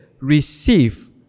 Receive